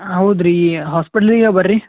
ಹೌದ್ರೀ ಹಾಸ್ಪಿಟ್ಲಿಗೆ ಬರ್ರಿ